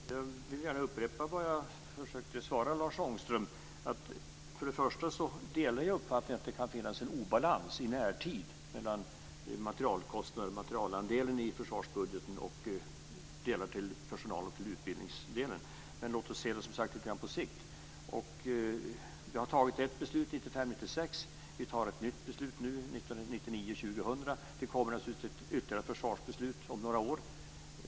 Fru talman! Jag vill gärna upprepa vad jag försökte svara Lars Ångström. För det första delar jag uppfattningen att det kan finnas en obalans i närtid mellan materielkostnaden, materielandelen, i försvarsbudgeten och andelen som går till personal och utbildning. Men låt oss som sagt se det lite grann på sikt. Vi har fattat ett beslut 1995 2000. Det kommer ytterligare ett försvarsbeslut om några år.